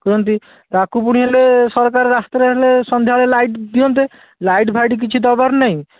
କୁ ଛନ୍ତି ତାକୁ ପୁଣି ହେଲେ ସରକାର ରାସ୍ତାରେ ହେଲେ ସନ୍ଧ୍ୟା ବେଳେ ଲାଇଟ ଦିଅନ୍ତେ ଲାଇଟ ଫାଇଟ କିଛି ଦେବାର ନାହିଁ